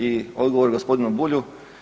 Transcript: I odgovor gospodinu Bulju.